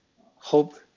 hope